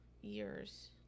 years